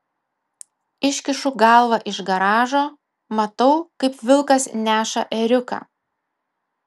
iškišu galvą iš garažo matau kaip vilkas neša ėriuką